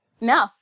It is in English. No